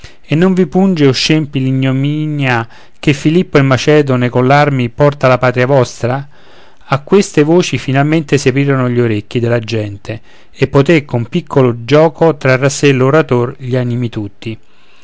e non vi punge o scempi l'ignominia che filippo il macedone coll'armi porta alla patria vostra a queste voci finalmente si aprirono gli orecchi della gente e poté con piccol gioco trarre a sé l'orator gli animi tutti